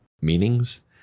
meanings